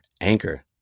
Anchor